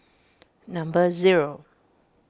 number zero